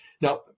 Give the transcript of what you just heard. Now